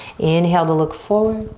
inhale to look forward,